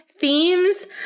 themes